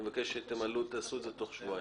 אני מבקש שתעשו את זה תוך שבועיים.